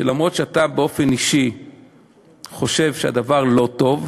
שגם אם אתה באופן אישי חושב שהדבר לא טוב,